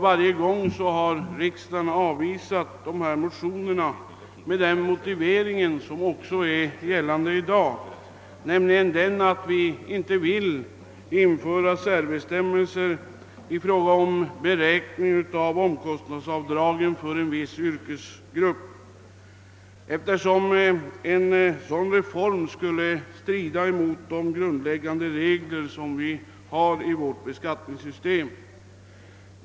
Varje gång har riksdagen avvisat motionerna med den motiveringen — som gäller också i dag — att vi inte vill införa särbestämmelser i fråga om beräkning av omkostnadsavdrag för en viss yrkesgrupp, eftersom en sådan reform skulle strida mot de grundläggande regler som vi har i vårt beskattningssystem.